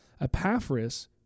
Epaphras